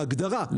בהגדרה,